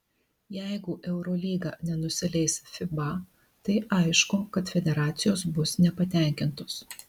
jeigu eurolyga nenusileis fiba tai aišku kad federacijos bus nepatenkintos